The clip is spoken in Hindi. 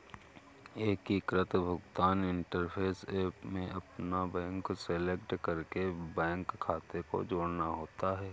एकीकृत भुगतान इंटरफ़ेस ऐप में अपना बैंक सेलेक्ट करके बैंक खाते को जोड़ना होता है